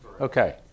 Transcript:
okay